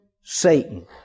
Satan